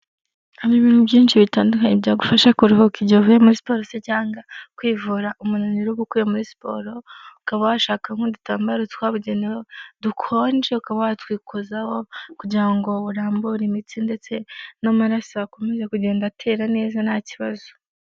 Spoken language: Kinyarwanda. Hari ibintu byinshi bitandukanye byagufasha kuruhuka igihe uvuye muri siporo se cyangwa kwivura umunaniro uba ukuye muri siporo. Ukaba washaka nk'udutambaro twabugenewe dukonje ukaba watwikozaho kugira ngo urambure imitsi ndetse n'amaraso akomeze kugenda atera neza nta kibazo.